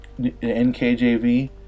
NKJV